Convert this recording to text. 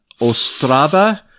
Ostrava